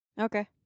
Okay